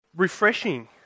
Refreshing